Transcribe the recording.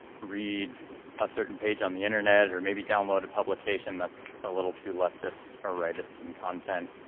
read a certain page on the internet or maybe download a publication that's a little too leftist or rightist in content.